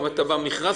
אם ניקח מכרז